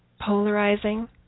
polarizing